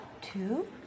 two